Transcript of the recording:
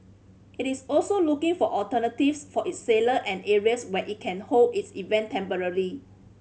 it is also looking for alternatives for its sailor and areas where it can hold its event temporarily